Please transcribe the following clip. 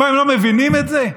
מה, הם לא מבינים את זה?